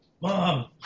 mom